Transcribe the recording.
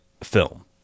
film